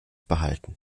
behalten